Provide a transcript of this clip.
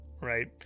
right